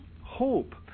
hope